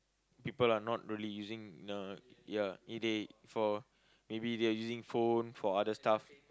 people are not really using uh ya they for maybe they using phone for other stuff